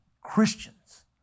Christians